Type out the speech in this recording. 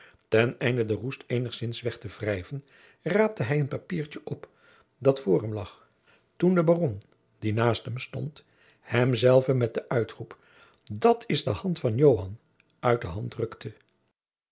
ten einde de roest eenigzins weg te wrijven raapte hij een papiertje op dat voor hem lag toen de baron die naast hem stond hem hetzelve met den uitroep dat is de hand van joan uit de hand rukte